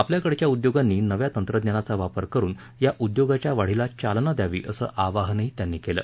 आपल्याकडच्या उद्योगांनी नव्या तंत्रज्ञाचा वापर करुन या उद्योगाच्या वाढीला चालना द्यावी असं आवाहनही त्यांनी केलं